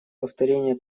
повторения